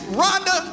Rhonda